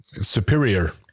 superior